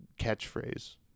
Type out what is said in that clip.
catchphrase